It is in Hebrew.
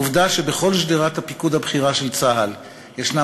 העובדה שבכל שדרת הפיקוד הבכירה של צה"ל יש רק